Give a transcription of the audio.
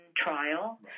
trial